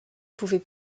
pouvait